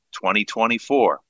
2024